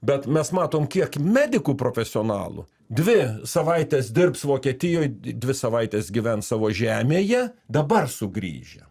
bet mes matom kiek medikų profesionalų dvi savaites dirbs vokietijoj dvi savaites gyvens savo žemėje dabar sugrįžę